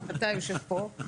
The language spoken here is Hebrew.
אתה יושב פה,